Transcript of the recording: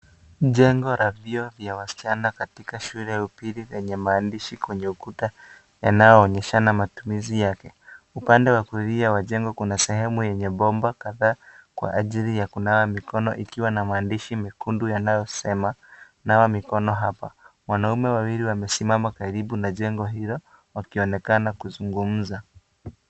Jengo la vyoo vya waschana katika shule ya upili vyenye maandishi kwenye ukuta, yanao onyeshana matumizi yake, upande wa kulia kuna shemu yenye bomba kadhaa, kwa ajili ya kunawa mikono ikiwa na ma and mekundu yanayosma, nawa mikono hapa, wanaume wawili wamesimama karibu na jengo hilo, wakionekana kuzungumza.